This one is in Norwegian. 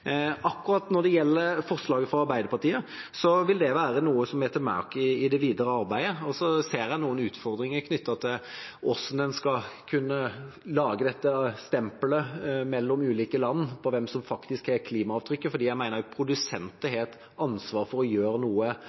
Akkurat når det gjelder forslaget fra Arbeiderpartiet, vil det være noe vi tar med oss i det videre arbeidet. Jeg ser noen utfordringer knyttet til hvordan en skal kunne lage dette stempelet mellom ulike land på hvem som faktisk har klimaavtrykket, fordi jeg mener også produsenter har et ansvar for å gjøre noe